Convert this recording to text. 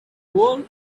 world